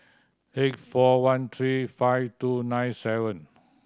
eight four one three five two nine seven